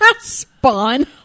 Spawn